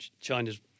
China's